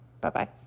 Bye-bye